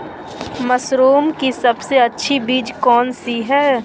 Mushroom की सबसे अच्छी बीज कौन सी है?